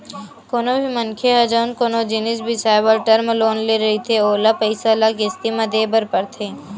कोनो भी मनखे ह जउन कोनो जिनिस बिसाए बर टर्म लोन ले रहिथे ओला पइसा ल किस्ती म देय बर परथे